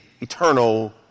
eternal